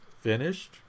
finished